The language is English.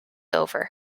over